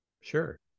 Sure